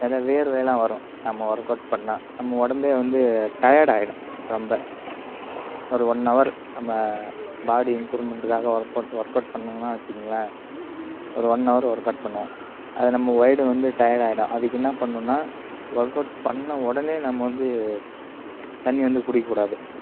நிறையா வேர்வையெல்லாம் வரும் நம்ம ஒர்க் அவுட் பண்ணிணா நம்ம உடம்பே வந்து டயர்டு ஆகிடும் ரொம்ப ஒரு ஒன் அவர் நம்ம பாடி இம்ப்ரூவ்மெண்டுக்காக ஒர்க் அவுட் ஒர்க் அவுட் பண்ணிங்கன்னால் வச்சுங்களேன் ஒரு ஒன் அவர் ஒர்க் அவுட் பண்ணுவோம் அது நம்ம ஒயிடு வந்து டயர்டு ஆகிடும் அதுக்கு என்னா பண்ணணுனா ஒர்க் அவுட் பண்ண உடனே நம்ம வந்து தண்ணி வந்து குடிக்கக்கூடாது